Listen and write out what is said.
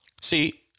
See